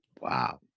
Wow